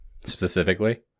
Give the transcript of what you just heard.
specifically